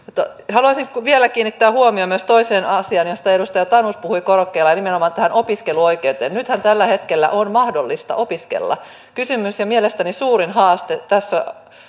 haluaisin vielä kiinnittää huomion myös toiseen asiaan josta edustaja tanus puhui korokkeella nimenomaan tähän opiskeluoikeuteen nythän tällä hetkellä on mahdollista opiskella kysymys ja mielestäni suurin haaste tässä